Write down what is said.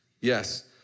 Yes